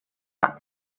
out